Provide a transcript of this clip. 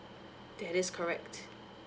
it is correct